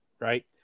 right